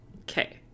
okay